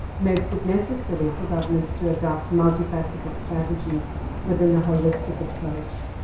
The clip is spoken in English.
makes it necessary for governments to adopt multifaceted strategies within the holistic approach.